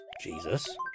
Jesus